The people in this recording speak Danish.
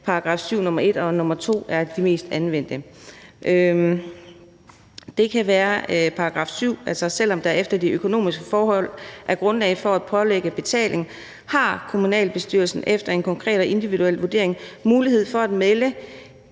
nr. 1 og nr. 2 er de mest anvendte: »Selvom der efter de økonomiske forhold er grundlag for at pålægge betaling, har kommunalbestyrelsen, efter en konkret og individuel vurdering, mulighed for at meddele